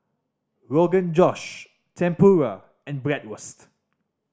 Rogan Josh Tempura and Bratwurst